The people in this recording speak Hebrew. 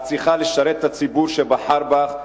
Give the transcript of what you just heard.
את צריכה לשרת את הציבור שבחר בך,